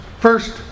first